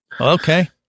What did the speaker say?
Okay